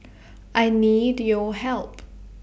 I need your help